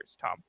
Tom